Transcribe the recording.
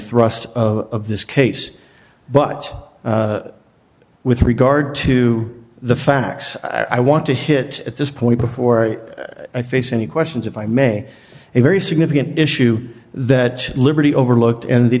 thrust of this case but with regard to the facts i want to hit at this point before i face any questions if i may a very significant issue that liberty overlooked and the